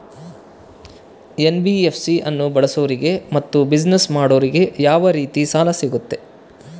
NBFC ಅನ್ನು ಬಳಸೋರಿಗೆ ಮತ್ತೆ ಬಿಸಿನೆಸ್ ಮಾಡೋರಿಗೆ ಯಾವ ರೇತಿ ಸಾಲ ಸಿಗುತ್ತೆ?